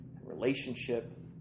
relationship